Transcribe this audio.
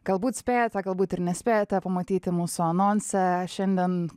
galbūt spėjote galbūt ir nespėjote pamatyti mūsų anonse šiandien